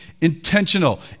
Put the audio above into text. intentional